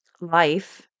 life